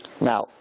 now